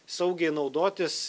saugiai naudotis